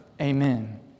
Amen